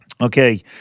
Okay